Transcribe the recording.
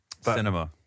cinema